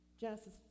Genesis